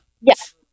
Yes